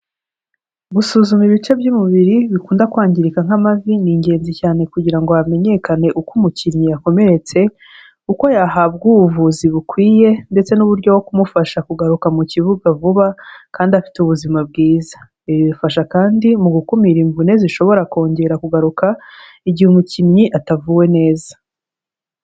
Gusuzuma ibice by'umubiri bikunda kwangirika nk'amavi ni ingenzi cyane kugira ngo hamenyekane uko umukinnyi yakomeretse, uko yahabwa ubuvuzi bukwiye ndetse n'uburyo bwo kumufasha kugaruka mu kibuga vuba kandi afite ubuzima bwiza. Ibi bifasha kandi mu gukumira imvune zishobora kongera kugaruka igihe umukinnyi atavuwe neza.